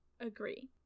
agree